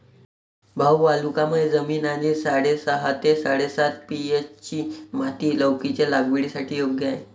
भाऊ वालुकामय जमीन आणि साडेसहा ते साडेसात पी.एच.ची माती लौकीच्या लागवडीसाठी योग्य आहे